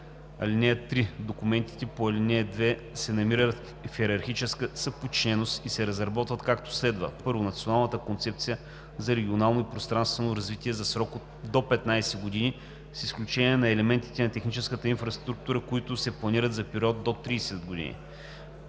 община. (3) Документите по ал. 2 се намират в йерархична съподчиненост и се разработват, както следва: 1. Националната концепция за регионално и пространствено развитие – за срок до 15 години, с изключение на елементите на техническата инфраструктура, които се планират за период до 30 години;